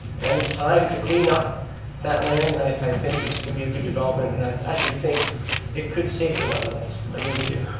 and it's time to clean up that land, and i think this could be a good development, and i actually think it could save the wetlands, i really do.